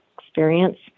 experience